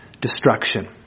destruction